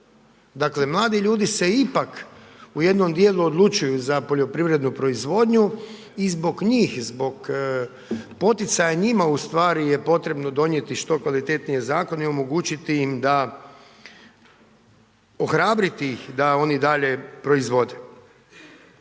dakle mladi ljudi se ipak u jednom djelu odlučuju za poljoprivrednu proizvodnju i zbog njih, zbog poticaja njima ustvari je potrebno donijeti što kvalitetniji zakone i omogućiti im da, ohrabriti ih da oni dalje proizvode.